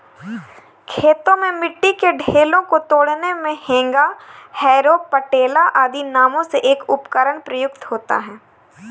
खेतों में मिट्टी के ढेलों को तोड़ने मे हेंगा, हैरो, पटेला आदि नामों से एक उपकरण प्रयुक्त होता है